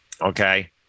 Okay